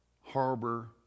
harbor